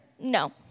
No